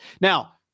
now